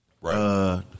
Right